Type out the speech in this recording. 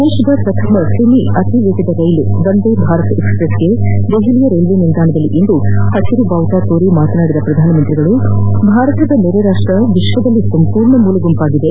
ದೇಶದ ಪ್ರಥಮ ಸೆಮಿ ಅತಿ ವೇಗದ ರೈಲು ವಂದೆ ಭಾರತ್ ಎಕ್ಸ್ಪ್ರೆಸ್ಗೆ ದೆಹಲಿಯ ರೈಲು ನಿಲ್ಲಾಣದಲ್ಲಿಂದು ಪಟಿರು ನಿಶಾನೆ ತೋರಿ ಮಾತನಾಡಿದ ಪ್ರಧಾನಿ ಭಾರತದ ನೆರೆ ರಾಷ್ಟ ವಿಶ್ವದಲ್ಲಿ ಸಂಪೂರ್ಣ ಏಕಾಂಗಿಯಾಗಿದೆ